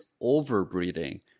over-breathing